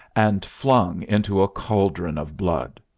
and flung into a caldron of blood!